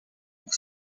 pour